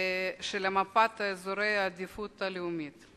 של מפת אזורי העדיפות הלאומית.